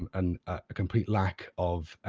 um and a complete lack of